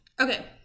okay